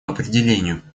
определению